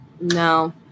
No